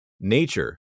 Nature